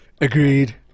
Agreed